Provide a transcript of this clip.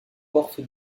porte